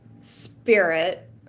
spirit